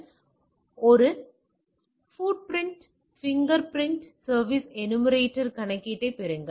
எனவே ஒரு footprint fingerprint services enumerator கணக்கீட்டைப் பெறுங்கள்